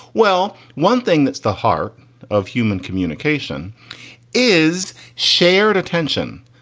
well, one thing that's the heart of human communication is shared attention.